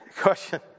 Question